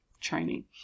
training